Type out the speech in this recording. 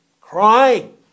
crying